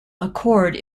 accord